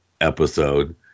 episode